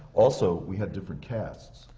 also, we had different casts.